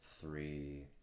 three